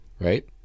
right